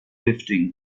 lifting